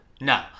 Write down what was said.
No